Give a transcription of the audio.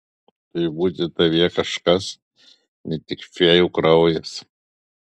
turi būti tavyje kažkas ne tik fėjų kraujas